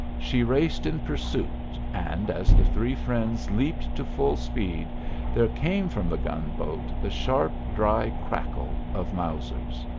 she raced in pursuit, and as the three friends leaped to full speed there came from the gun-boat the sharp dry crackle of mausers.